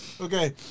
Okay